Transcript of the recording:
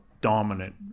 dominant